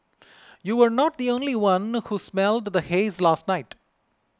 you were not the only one who smelled the haze last night